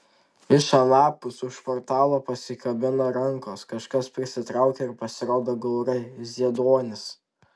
iš anapus už portalo pasikabina rankos kažkas prisitraukia ir pasirodo gaurai zieduonis